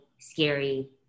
scary